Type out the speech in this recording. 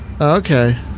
Okay